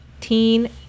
teen